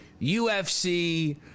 ufc